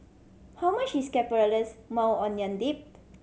how much is Caramelized Maui Onion Dip